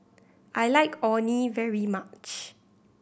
I like Orh Nee very much